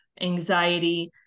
anxiety